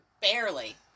Barely